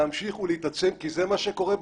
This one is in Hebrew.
להמשיך ולהתעצם כי זה מה שקורה בפועל.